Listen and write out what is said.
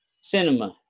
cinema